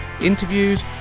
interviews